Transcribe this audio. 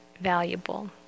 valuable